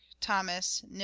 Thomas